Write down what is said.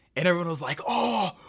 and everyone was like oh,